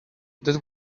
that